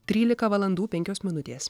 trylika valandų penkios minutės